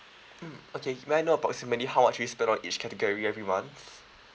mm okay may I know approximately how much you spend on each category every month